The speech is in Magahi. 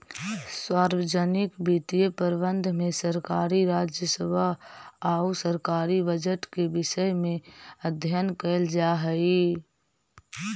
सार्वजनिक वित्तीय प्रबंधन में सरकारी राजस्व आउ सरकारी बजट के विषय में अध्ययन कैल जा हइ